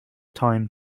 time